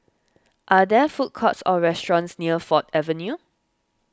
are there food courts or restaurants near Ford Avenue